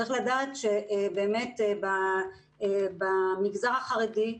צריך לדעת שבמגזר החרדי,